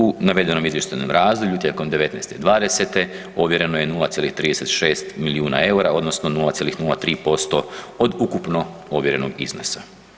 U navedenom izvještajnom razdoblju tijekom '19., '20., ovjereno je 0,36 milijuna eura odnosno 0,03% od ukupno ovjerenog iznosa.